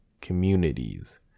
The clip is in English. communities